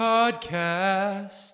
Podcast